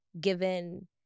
given